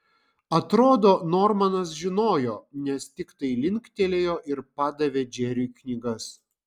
atrodo normanas žinojo nes tiktai linktelėjo ir padavė džeriui knygas